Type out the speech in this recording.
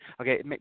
Okay